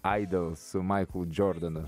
idol su maiklu džordanu